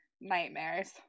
nightmares